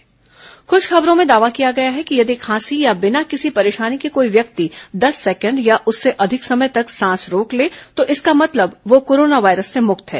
corona दावा कुछ खबरों में दावा किया गया है कि यदि खांसी या बिना किसी परेशानी के कोई व्यक्ति दस सैकेंड या उससे अधिक समय तक सांस रोक ले तो इसका मतलब वह कोरोना वायरस से मुक्त है